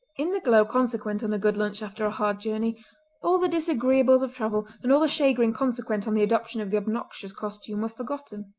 in the glow consequent on a good lunch after a hard journey all the disagreeables of travel and all the chagrin consequent on the adoption of the obnoxious costume were forgotten.